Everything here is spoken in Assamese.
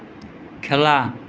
খেলা